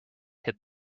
hit